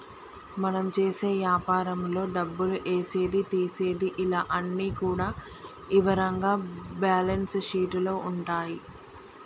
మనం చేసే యాపారంలో డబ్బులు ఏసేది తీసేది ఇలా అన్ని కూడా ఇవరంగా బ్యేలన్స్ షీట్ లో ఉంటాయి